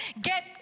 get